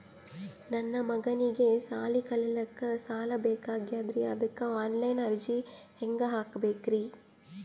ನನ್ನ ಮಗನಿಗಿ ಸಾಲಿ ಕಲಿಲಕ್ಕ ಸಾಲ ಬೇಕಾಗ್ಯದ್ರಿ ಅದಕ್ಕ ಆನ್ ಲೈನ್ ಅರ್ಜಿ ಹೆಂಗ ಹಾಕಬೇಕ್ರಿ?